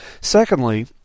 Secondly